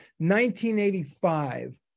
1985